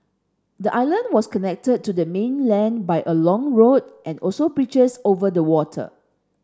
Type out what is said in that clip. the island was connected to the mainland by a long road and also bridges over the water